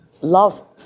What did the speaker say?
love